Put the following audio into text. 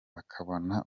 bakabona